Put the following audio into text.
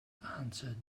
answered